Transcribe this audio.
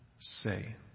say